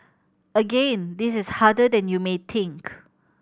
again this is harder than you may think